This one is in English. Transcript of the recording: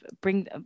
bring